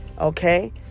Okay